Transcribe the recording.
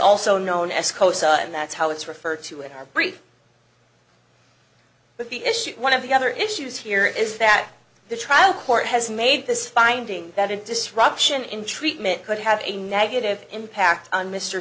also known as kosa and that's how it's referred to it brief but the issue one of the other issues here is that the trial court has made this finding that a disruption in treatment could have a negative impact on mr